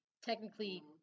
technically